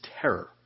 terror